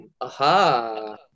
Aha